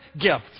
gift